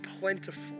plentiful